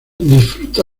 disfruta